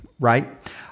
Right